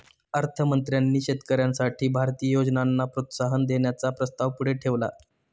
अर्थ मंत्र्यांनी शेतकऱ्यांसाठी भारतीय योजनांना प्रोत्साहन देण्याचा प्रस्ताव पुढे ठेवला